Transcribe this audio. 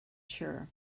sure